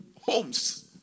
homes